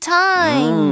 time